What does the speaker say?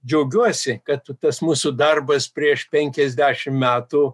džiaugiuosi kad tas mūsų darbas prieš penkiasdešim metų